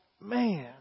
man